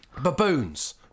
baboons